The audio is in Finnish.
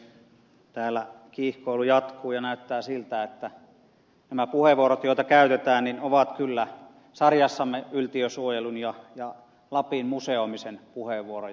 täällä kiihkoilu jatkuu ja näyttää siltä että nämä puheenvuorot joita käytetään ovat kyllä sarjassamme yltiösuojelun ja lapin museoimisen puheenvuoroja